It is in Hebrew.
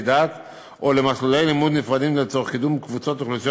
דת או למסלולי לימוד נפרדים לצורך קידום קבוצות אוכלוסיות